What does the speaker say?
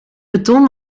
beton